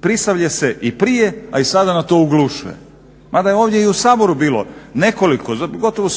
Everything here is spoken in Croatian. Prisavlje se i prije a i sada na to oglušuje. Mada je ovdje i u Saboru bilo nekoliko gotovo